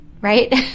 right